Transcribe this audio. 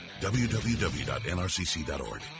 www.nrcc.org